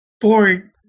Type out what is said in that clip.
board